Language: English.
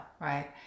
Right